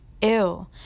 ew